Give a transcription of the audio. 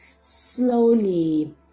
Slowly